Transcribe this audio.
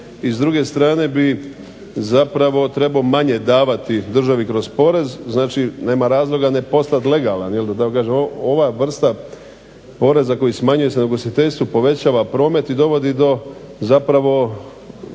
i s druge strane bi zapravo trebao manje davati državi kroz porez. Znači, nema razloga ne postati legalan ili da tako kažem ova vrsta poreza koji smanjuje se na ugostiteljstvo povećava promet i dovodi do zapravo